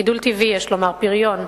גידול טבעי יש לומר, פריון,